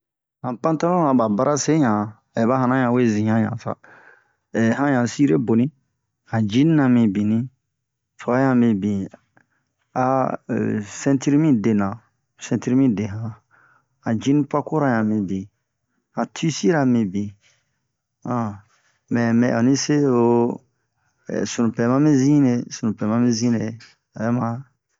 Han pantalon na ba bara se yan hɛ ba hanan ɲan we sin han ɲan sa han ɲan sire boni han jin na mibini twa han mibin a sintir mi dena sintir mi dehan han jin pakora han mibin han tisira mibin mɛ mɛn ani se ho sunu pɛ ma mi zine sunu pɛ ma mi zine obɛ mare